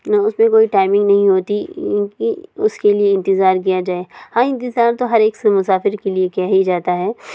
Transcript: نہ اس میں کوئی ٹائمنگ نہیں ہوتی کیونکہ اس کے لیے انتظار کیا جائے ہاں انتظار تو ہر ایک سے مسافر کے لیے کیا ہی جاتا ہے